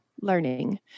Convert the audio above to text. learning